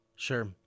Sure